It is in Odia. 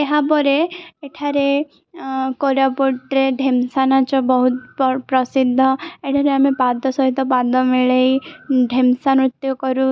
ଏହାପରେ ଏଠାରେ କୋରାପୁଟରେ ଢେମ୍ସା ନାଚ ବହୁତ ପ୍ରସିଦ୍ଧ ଏଠାରେ ଆମେ ପାଦ ସହିତ ପାଦ ମିଳେଇ ଢେମ୍ସା ନୃତ୍ୟ କରୁ